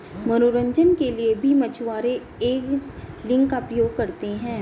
मनोरंजन के लिए भी मछुआरे एंगलिंग का प्रयोग करते हैं